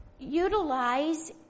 utilize